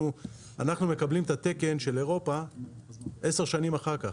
אנחנו מקבלים את התקן של אירופה 10 שנים אחר כך.